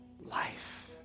life